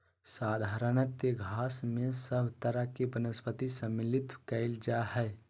साधारणतय घास में सब तरह के वनस्पति सम्मिलित कइल जा हइ